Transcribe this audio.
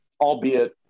albeit